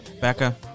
Becca